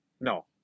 no